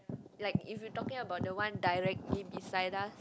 like if you talking about the one directly beside us